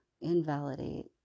invalidate